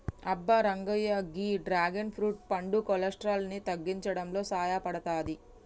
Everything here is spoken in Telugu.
అబ్బ రంగయ్య గీ డ్రాగన్ ఫ్రూట్ పండు కొలెస్ట్రాల్ ని తగ్గించడంలో సాయపడతాది